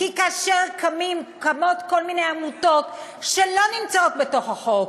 כי כאשר קמות כל מיני עמותות שלא נמצאות בתוך החוק,